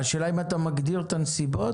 השאלה אם אתה מגדיר את הנסיבות.